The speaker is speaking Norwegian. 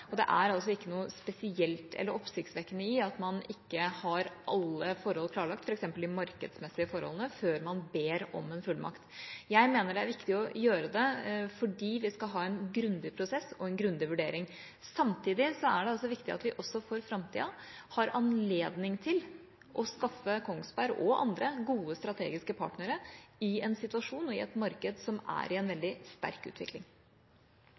Det er ikke noe spesielt eller oppsiktsvekkende i at man ikke har alle forhold klarlagt, f.eks. de markedsmessige forholdene, før man ber om en fullmakt. Jeg mener det er viktig å gjøre det fordi vi skal ha en grundig prosess og en grundig vurdering. Samtidig er det viktig at vi også for framtida har anledning til å skaffe Kongsberg – og andre – gode strategiske partnere i en situasjon og i et marked som er i en veldig sterk utvikling.